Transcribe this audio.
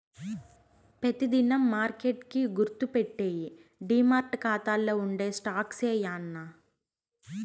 పెతి దినం మార్కెట్ కి గుర్తుపెట్టేయ్యి డీమార్ట్ కాతాల్ల ఉండే స్టాక్సే యాన్నా